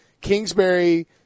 Kingsbury